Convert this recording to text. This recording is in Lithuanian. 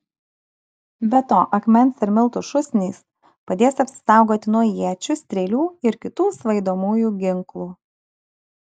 be to akmens ir miltų šūsnys padės apsisaugoti nuo iečių strėlių ir kitų svaidomųjų ginklų